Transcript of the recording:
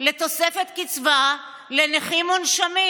לתוספת קבצה לנכים מונשמים,